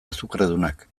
azukredunak